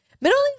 Middle